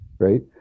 Right